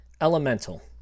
Elemental